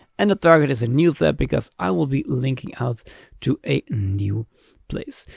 and the target is a new tab because i will be linking out to a new place.